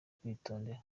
kwitondera